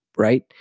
Right